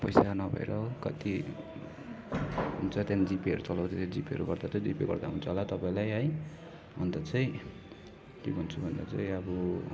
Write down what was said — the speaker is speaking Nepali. पैसा नभएर कति हुन्छ त्यहाँदेखि जिपेहरू चलाउँदैछु जिपेहरू गर्दा चाहिँ जिपे गर्दा हुन्छ होला तपाईँलाई है अन्त चाहिँ के भन्छु भन्दा चाहिँ अब